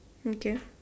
mm okay